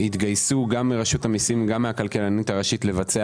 התגייסו מרשות המיסים ומהכלכלנית הראשית לבצע